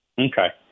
Okay